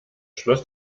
schloss